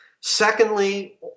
Secondly